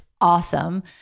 awesome